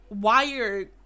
wired